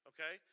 Okay